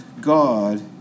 God